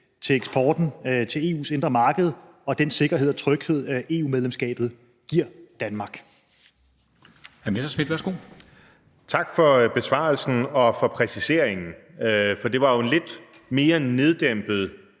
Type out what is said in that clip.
til eksporten til EU's indre marked, og den sikkerhed og tryghed, som EU-medlemskabet giver Danmark.